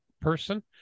person